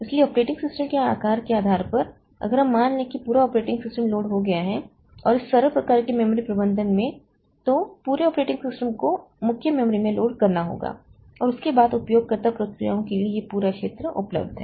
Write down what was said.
इसलिए operating system के आकार के आधार पर अगर हम मान लें कि पूरा ऑपरेटिंग सिस्टम लोड हो गया है और इस सरल प्रकार के मेमोरी प्रबंधन में तो पूरे ऑपरेटिंग सिस्टम को मुख्य मेमोरी में लोड करना होगा और उसके बाद उपयोगकर्ता प्रक्रियाओं के लिए यह पूरा क्षेत्र उपलब्ध है